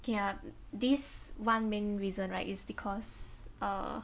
okay ya this [one] main reason right is because err